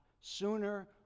sooner